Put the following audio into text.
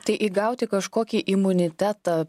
tai įgauti kažkokį imunitetą